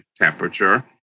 temperature